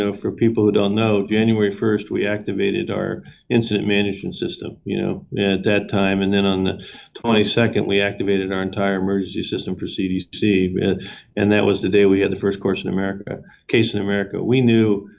ah for people who don't know, january first, we activated our incident management system. you know? and at yeah that time and then on the twenty second we activated our entire emergency system for cdc and that was the day we had the first course in america case in america. we knew,